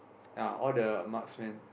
ya all the marksman